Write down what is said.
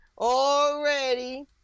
already